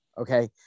okay